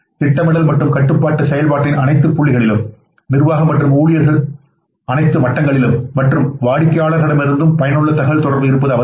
திட்டமிடல் மற்றும் கட்டுப்பாட்டு செயல்பாட்டின் அனைத்து புள்ளிகளிலும் நிர்வாக மற்றும் ஊழியர்களின் அனைத்து மட்டங்களிலும் மற்றும் வாடிக்கையாளர்களிடமிருந்தும் பயனுள்ள தகவல் தொடர்பு இருப்பது அவசியம்